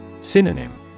Synonym